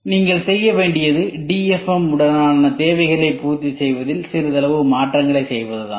எனவே நீங்கள் செய்ய வேண்டியது DFM உடனான தேவைகளைப் பூர்த்தி செய்வதில் சிறிதளவு மாற்றங்களைச் செய்வதுதான்